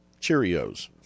Cheerios